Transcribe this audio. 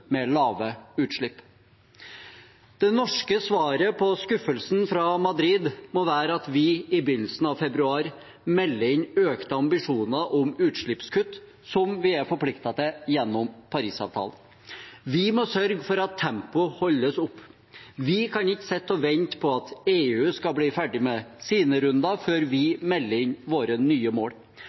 med lave utslipp. Det norske svaret på skuffelsen fra Madrid må være at vi i begynnelsen av februar melder inn økte ambisjoner om utslippskutt, som vi er forpliktet til gjennom Parisavtalen. Vi må sørge for at tempoet holdes oppe. Vi kan ikke sitte og vente på at EU skal bli ferdige med sine runder før vi melder inn våre nye mål.